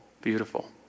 Beautiful